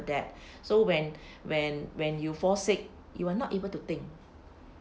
that so when when when you fall sick you are not able to think